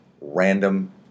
random